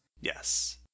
Yes